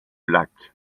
lac